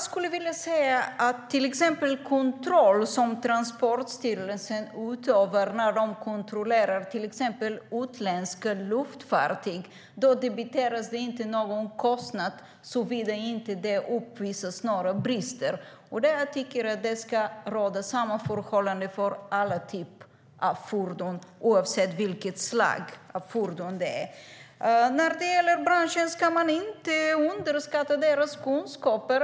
Fru talman! När Transportstyrelsen utför kontroller av till exempel utländska luftfartyg debiteras inte någon kostnad såvida inte några brister uppvisas. Jag tycker att samma förhållanden ska råda för alla typer av fordon oavsett vilket slags fordon det är. Man ska inte underskatta branschens kunskaper.